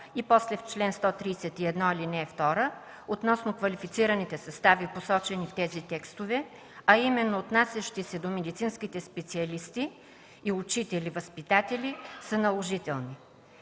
и после в чл. 131, ал. 2 относно квалифицираните състави, посочени в тези текстове, а именно отнасящи се до медицинските специалисти и учители, възпитатели, са наложителни.